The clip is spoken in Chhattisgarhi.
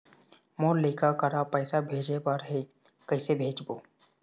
मोर लइका करा पैसा भेजें बर हे, कइसे भेजबो?